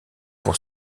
pour